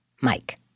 Mike